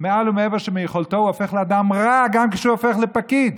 מעל ומעבר ליכולתו הוא הופך לאדם רע גם כשהוא הופך לפקיד.